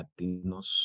Latinos